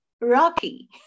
Rocky